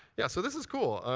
yeah, so this is cool.